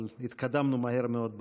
אבל התקדמנו מהר מאוד ברשימה,